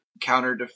counter